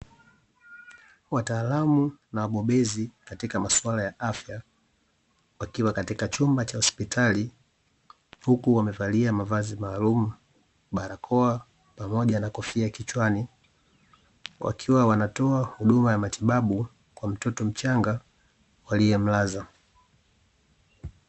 Wataalamu na wabobezi katika masuala ya afya, wakiwa katika chumba cha hospitali huku wamevalia mavazi maalumu, barakoa, pamoja na kofia kichwani; wakiwa wanatoa huduma ya matibabu kwa mtoto mchanga waliyemlaza.